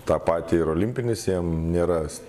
tą patį ir olimpinis jiem nėra